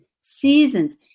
seasons